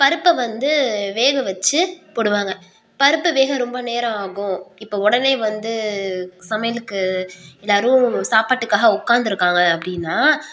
பருப்பை வந்து வேக வச்சு போடுவாங்க பருப்பு வேக ரொம்ப நேரம் ஆகும் இப்போ உடனே வந்து சமையலுக்கு எல்லோரும் சாப்பாட்டுக்காக உட்காந்துருக்காங்க அப்படினா